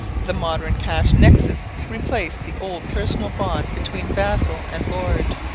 the modern cash nexus replaced the old personal bond between vassal and lord.